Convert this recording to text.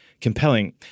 compelling